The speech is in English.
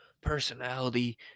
personality